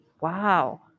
Wow